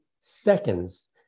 seconds